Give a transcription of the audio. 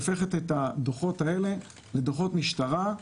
יש יחידה שהופכת את הדוחות האלה לדוחות משטרה.